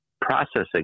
processing